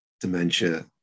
dementia